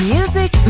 Music